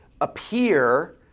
appear